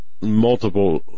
multiple